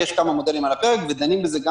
כי יש כמה מודלים על הפרק ודנים בזה גם